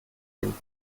den